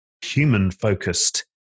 human-focused